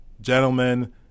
gentlemen